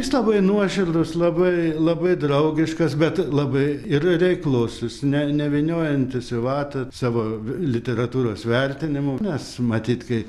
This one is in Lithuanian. jis labai nuoširdus labai labai draugiškas bet labai ir reiklus jis ne nevyniojantis į vatą savo literatūros vertinimų nes matyt kai